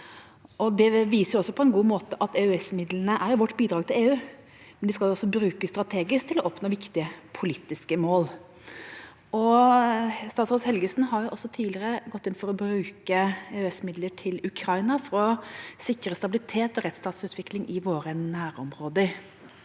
Det viser også på en god måte at EØS-midlene er vårt bidrag til EU, men de skal også brukes strategisk til å oppnå viktige politiske mål. Statsråd Helgesen har også tidligere gått inn for å bruke EØS-midler til Ukraina for å sikre stabilitet og rettsstatsutvikling i våre nærområder.